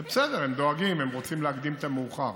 זה בסדר, הם דואגים, הם רוצים להקדים את המאוחר.